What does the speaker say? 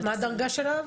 מה הדרגה שלה?